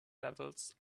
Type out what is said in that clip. levels